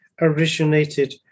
originated